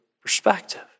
perspective